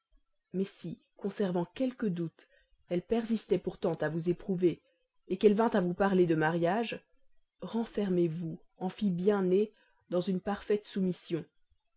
mais si conservant quelque doute elle persistait pourtant à vous éprouver qu'elle vînt à vous parler de mariage renfermez vous en fille bien née dans une parfaite soumission